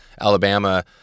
alabama